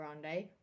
Grande